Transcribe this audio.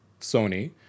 Sony